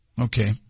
Okay